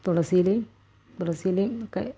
തുളസിയിലയും തുളസിയിലയും ഒക്കെ